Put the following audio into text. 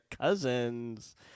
cousins